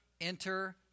enter